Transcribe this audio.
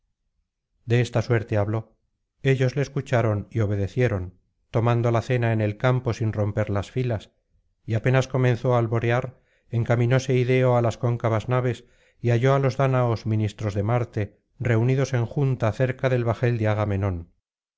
de esta suerte habló ellos le escucharon y obedecieron tomando la cena en el campo sin romper las filas y apenas comenzó á alborear encaminóse ideo á las cóncavas naves y halló á los dáñaos ministros de marte reunidos en junta cerca del bajel de agamenón